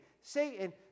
Satan